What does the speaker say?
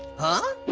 huh?